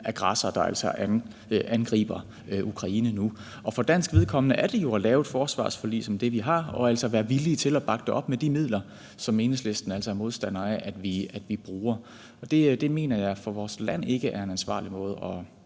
aggressor, der altså angriber Ukraine nu. For Danmarks vedkommende er det jo at lave et forsvarsforlig som det, vi har, og altså være villige til at bakke det op med de midler, som Enhedslisten altså er modstander af at vi bruger. Det mener jeg ikke er en ansvarlig måde